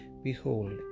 Behold